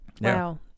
Wow